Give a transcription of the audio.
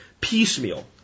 piecemeal